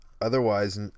otherwise